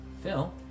Phil